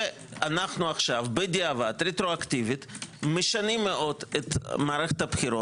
ואנחנו עכשיו בדיעבד רטרואקטיבית משנים מאוד את מערכת הבחירות